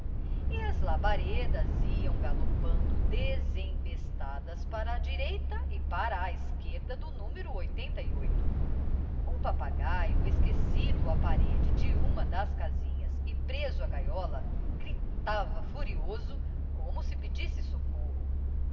e as labaredas iam galopando desembestadas para a direita e para a esquerda do numero i o papagaio esquecido à parede de uma das casinhas e preso à gaiola gritava furioso como se pedisse socorro